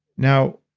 now,